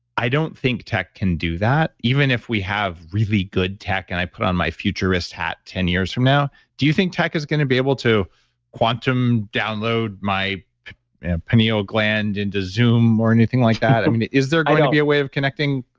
i don't think tech can do that even if we have really good tech. and i put on my futurist hat ten years from now, do you think tech is going to be able to quantum download my pineal gland and to zoom or anything like that? i mean, is there going to be a way of connecting,